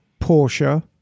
Porsche